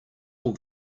all